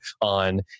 on